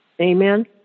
Amen